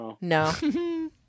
No